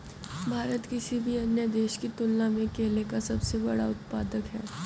भारत किसी भी अन्य देश की तुलना में केले का सबसे बड़ा उत्पादक है